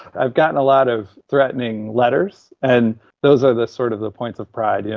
i've gotten a lot of threatening letters and those are the, sort of, the points of pride. yeah